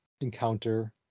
encounter